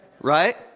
Right